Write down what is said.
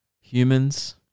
Humans